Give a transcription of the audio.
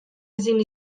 ezin